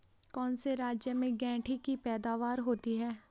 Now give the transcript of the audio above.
कौन से राज्य में गेंठी की पैदावार होती है?